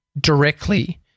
directly